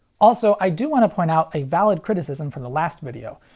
also, i do want to point out a valid criticism from the last video.